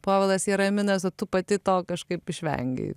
povilas jaraminas o tu pati to kažkaip išvengei